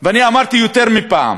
ואמרתי יותר מפעם: